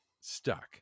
stuck